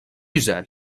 güzel